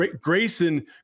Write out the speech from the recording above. Grayson